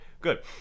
Good